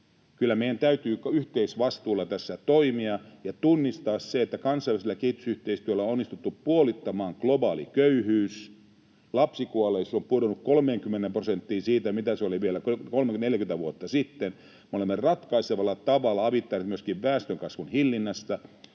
meidän täytyy yhteisvastuulla tässä toimia ja tunnistaa se, että kansainvälisellä kehitysyhteistyöllä on onnistuttu puolittamaan globaali köyhyys ja lapsikuolleisuus on pudonnut 30 prosenttiin siitä, mitä se oli vielä 30—40 vuotta sitten, ja me olemme ratkaisevalla tavalla avittaneet myöskin väestönkasvun hillinnässä.